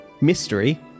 mystery